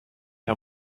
how